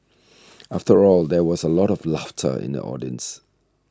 after all there was a lot of laughter in the audience